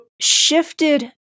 shifted